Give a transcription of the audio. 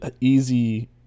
easy